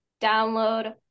download